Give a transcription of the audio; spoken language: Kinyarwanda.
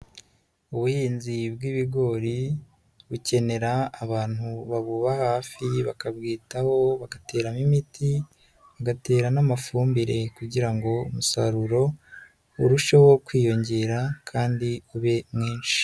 Ubuhinzi bw'ibigori bukenera abantu babuba hafi bakabwitaho, bagateramo imiti, bagatera n'amafumbire kugira ngo umusaruro urusheho kwiyongera kandi ube mwinshi.